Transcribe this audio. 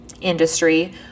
industry